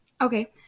Okay